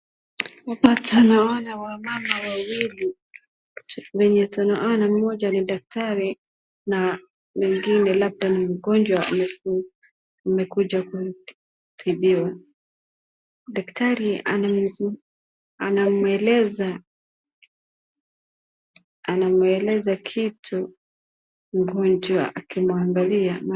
Hapa tunawaona wamama wawili, venye tunawaona mmoja ni daktari na mwingine labda ni mgonjwa na amekuja kutibiwa, daktari anamweleza kitu mgonjwa akimwangalia.